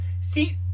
See